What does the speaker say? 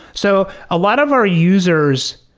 so a lot of our users,